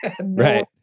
Right